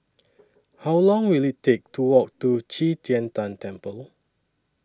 How Long Will IT Take to Walk to Qi Tian Tan Temple